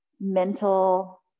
mental